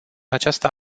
aceasta